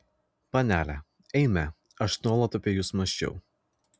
panele eime aš nuolat apie jus mąsčiau